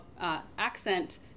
accent